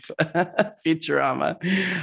Futurama